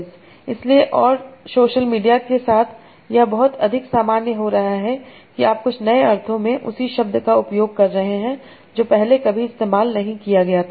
इसलिए और social media के साथ यह बहुत अधिक सामान्य हो रहा है कि आप कुछ नए अर्थो में उसी शब्द का उपयोग कर रहे हैं जो पहले कभी इस्तेमाल नहीं किया गया था